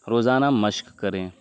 روزانہ مشق کریں